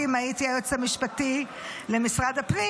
אם הייתי היועץ המשפטי למשרד הפנים,